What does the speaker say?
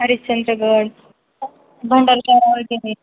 हरिशचंद्रगड भंडाऱ्याच्या ऑर्गेनिक